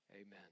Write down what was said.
Amen